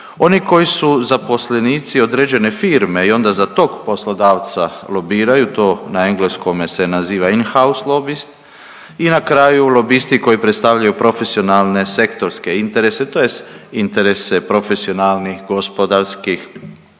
oni koji su zaposlenici određene firme i onda za tog poslodavca lobiraju to na engleskome se naziva inhouse lobist i na kraju lobisti koji predstavljaju profesionalne sektorske interese tj. interese profesionalnih gospodarskih